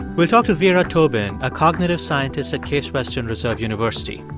we'll talk to vera tobin, a cognitive scientist at case western reserve university.